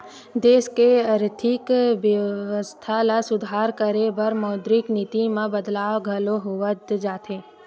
देस के आरथिक बेवस्था ल सुधार करे बर मौद्रिक नीति म बदलाव घलो होवत जाथे